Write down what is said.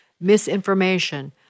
misinformation